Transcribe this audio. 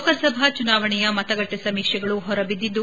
ಲೋಕಸಭಾ ಚುನಾವಣೆಯ ಮತಗಟ್ಟೆ ಸಮೀಕ್ಷೆಗಳು ಹೊರ ಬಿದ್ದಿದ್ದು